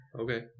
Okay